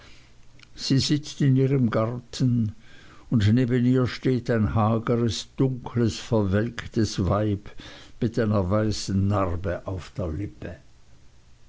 sie sitzt in seinem garten und neben ihr steht ein hageres dunkles verwelktes weib mit einer weißen narbe auf der lippe